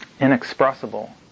inexpressible